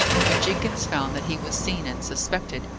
when jenkins found that he was seen and suspected,